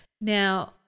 Now